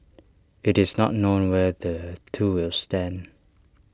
IT is not known where the two will stand